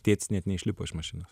tėtis net neišlipo iš mašinos